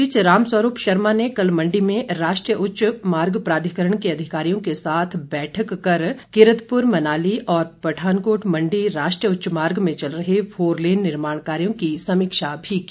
इस बीच रामस्वरूप शर्मा ने कल मंडी में राष्ट्रीय उच्च मार्ग प्राधिकरण के अधिकारियों के साथ बैठक कीतरतपुर मनाली और पठानकोट मंडी राष्ट्रीय उच्च मार्ग में चल रहे फोरलेन निर्माण कार्यों की समीक्षा भी की